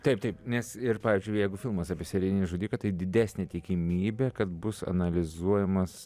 taip taip nes ir pavyzdžiui jeigu filmas apie serijinį žudiką tai didesnė tikimybė kad bus analizuojamas